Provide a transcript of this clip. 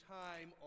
time